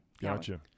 gotcha